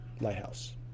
Lighthouse